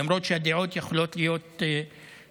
למרות שהדעות יכולות להיות שונות,